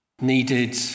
needed